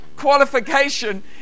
qualification